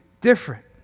different